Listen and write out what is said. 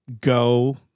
go